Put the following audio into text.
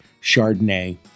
Chardonnay